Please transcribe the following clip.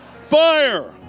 Fire